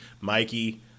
Mikey